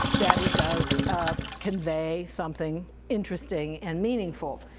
that it does convey something interesting and meaningful.